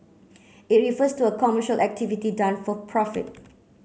it refers to a commercial activity done for profit